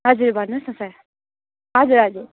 हजुर भन्नुहोस् न सर हजुर हजुर